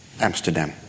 Amsterdam